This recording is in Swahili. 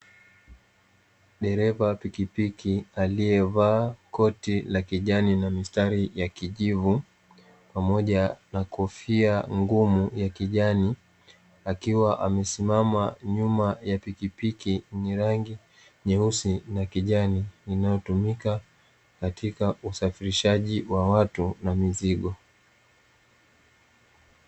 Dereva pikipiki aliyevaa koti la kijani na mistari ya kijivu, pamoja na kofia ngumu ya kijani, akiwa amesimama nyuma ya pikipiki yenye rangi nyeusi na kijani, inayotumika katika usafirishaji wa watu na mizigo.